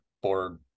board